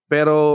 Pero